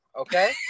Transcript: okay